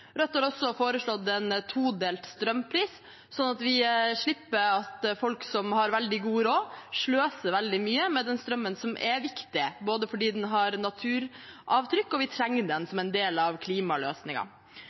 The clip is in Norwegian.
Rødt har også foreslått en todelt strømpris, sånn at vi slipper at folk som har veldig god råd, sløser veldig mye med strømmen – noe som er viktig, både fordi den har naturavtrykk, og fordi vi trenger den